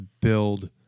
build